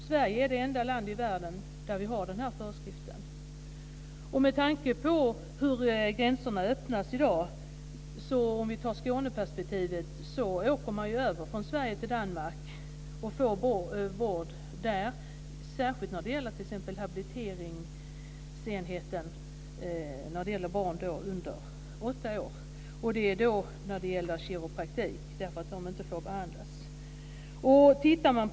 Sverige är det enda land i världen som har den föreskriften. I dag öppnas gränserna. I Skåne åker man över till Danmark och får vård där. Det gäller habilitering av barn under åtta år, t.ex. kiropraktik. De barnen får inte behandlas i Sverige.